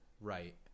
Right